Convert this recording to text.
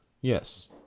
Yes